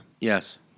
Yes